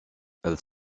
elle